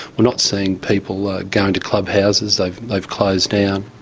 we're not seeing people ah going to clubhouses, they've they've closed down.